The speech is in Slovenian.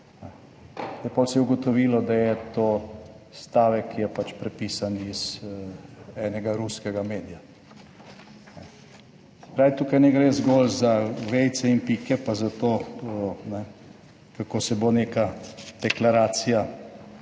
je ugotovilo, da je to stavek, ki je pač prepisan iz enega ruskega medija. Se pravi, tukaj ne gre zgolj za vejice in pike, pa za to ne, kako se bo neka deklaracija